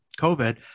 COVID